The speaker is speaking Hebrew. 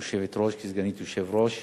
היושבת-ראש, כסגנית יושב-ראש.